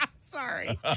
Sorry